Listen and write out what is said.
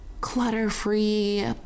clutter-free